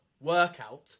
workout